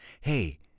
Hey